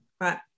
Right